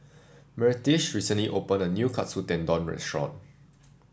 Myrtice recently opened a new Katsu Tendon Restaurant